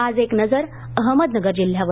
आज एक नजर अहमदनगर जिल्ह्यावर